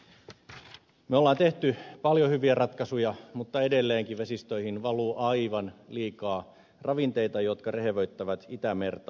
me olemme tehneet paljon hyviä ratkaisuja mutta edelleenkin vesistöihin valuu aivan liikaa ravinteita jotka rehevöittävät itämerta